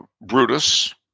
Brutus